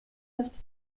ist